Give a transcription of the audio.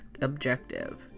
objective